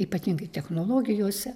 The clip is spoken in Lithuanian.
ypatingai technologijose